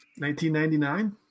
1999